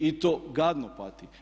I to gadno pati.